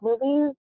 movies